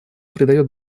придает